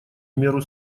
меру